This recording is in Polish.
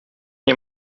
nie